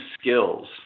skills